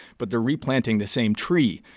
but they're replanting the same tree.